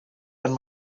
and